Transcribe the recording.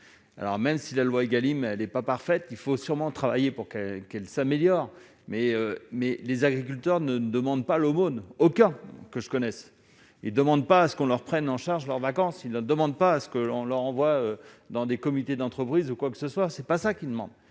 alors même si la loi Egalim elle n'est pas parfaite, il faut sûrement travailler pour que, qu'elle s'améliore, mais, mais les agriculteurs ne ne demande pas l'aumône cas que je connaisse et demande pas à ce qu'on leur prenne en charge leurs vacances, ils ne demande pas à ce que l'on l'envoie dans des comités d'entreprise ou quoi que ce soit, c'est pas ça qui ment,